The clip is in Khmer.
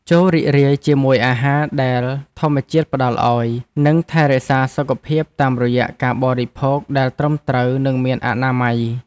ចូររីករាយជាមួយអាហារដែលធម្មជាតិផ្ដល់ឱ្យ និងថែរក្សាសុខភាពតាមរយៈការបរិភោគដែលត្រឹមត្រូវ និងមានអនាម័យ។